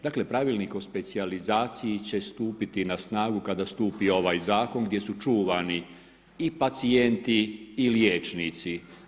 Dakle, Pravilnik o specijalizaciji će stupiti na snagu kada stupi ovaj zakon gdje su čuvani i pacijenti i liječnici.